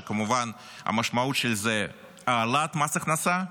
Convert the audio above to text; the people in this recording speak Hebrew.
שכמובן המשמעות של זה היא העלאת מס הכנסה,